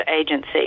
agency